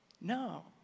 No